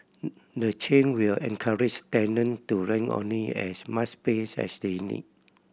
the change will encourage tenant to rent only as much pace as they need